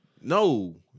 No